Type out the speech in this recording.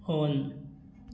on